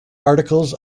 articles